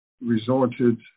resorted